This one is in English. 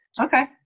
Okay